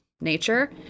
nature